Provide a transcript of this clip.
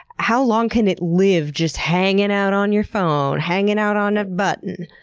how long can it live just hanging out on your phone, hanging out on a button?